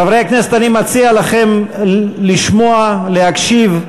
חברי הכנסת, אני מציע לכם לשמוע, להקשיב,